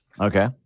Okay